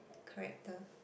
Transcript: character